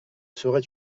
serait